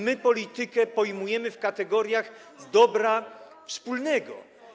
My politykę pojmujemy w kategoriach dobra wspólnego.